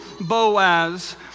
Boaz